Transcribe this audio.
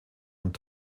und